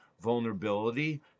vulnerability